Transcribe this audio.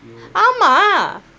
ஆமா:aama